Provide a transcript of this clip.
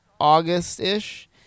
August-ish